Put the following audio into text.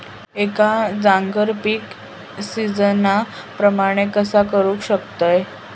एका जाग्यार पीक सिजना प्रमाणे कसा करुक शकतय?